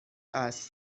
است